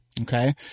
Okay